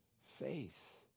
faith